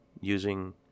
using